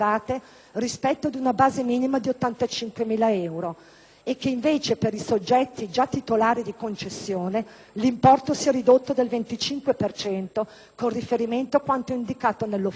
e che invece per i soggetti già titolari di concessione l'importo sia ridotto del 25 per cento con riferimento a quanto indicato nell'offerta. E così rischiamo una soluzione paradossale: